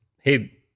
hey